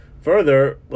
Further